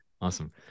Awesome